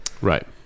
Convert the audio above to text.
right